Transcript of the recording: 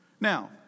Now